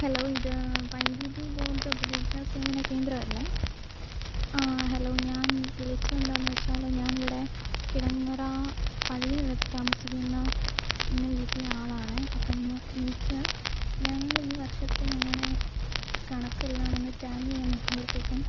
hello ഇതു വൈദ്യുതി board ഉപഭോക്ത സേവന കേന്ദ്രം അല്ലേ ഹലോ ഞാൻ വിളിച്ചത് എന്താണെന്നു വെച്ചാൽ ഞാൻ ഇവിടെ കിടങ്ങര പള്ളിയുടെ അടുത്തു താമസിക്കുന്ന ഇന്ന വീട്ടിലെ ആൾ ആണെ അപ്പോൾ എനിക്ക് ഞങ്ങൾ ഈ വർഷത്തെ ഞങ്ങളുടെ കണക്കെല്ലാം ഒന്നു ടാലി ചെയ്യാൻ നോക്കുമ്പോഴത്തേയ്ക്കും